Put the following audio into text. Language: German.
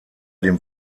dem